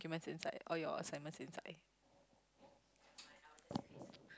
okay mine is inside all your assignments inside